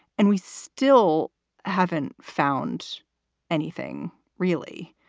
and we still haven't found anything. really?